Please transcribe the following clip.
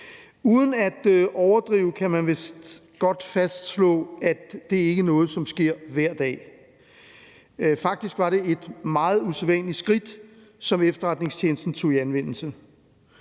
Uden at overdrive kan man vist godt fastslå, at det ikke er noget, som sker hver dag. Faktisk var det et meget usædvanligt skridt, som efterretningstjenesten tog i anvendelse.